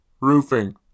Roofing